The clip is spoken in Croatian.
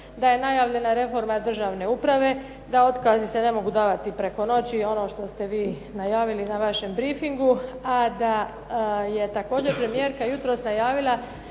Da je najavljena reforma državne uprave, da otkazi se ne mogu davati preko noći i ono što ste vi najavili na vašem brifingu. A da je također jutros premijerka najavila